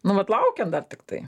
nu vat laukiam dar tiktai